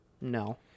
no